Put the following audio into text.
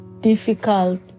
difficult